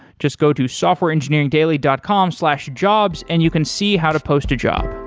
just go to softwareengineeringdaily dot com slash jobs and you can see how to post a job.